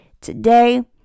today